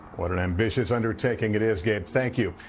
what an ambitiou undertaking it is. gabe, thank you.